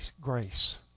grace